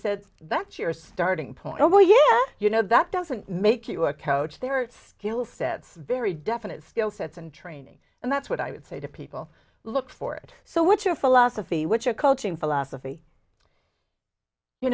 said that's your starting point oh yeah you know that doesn't make you a couch their skill sets very definite skill sets and training and that's what i would say to people look for it so what's your philosophy which a coaching philosophy you